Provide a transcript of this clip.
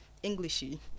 Englishy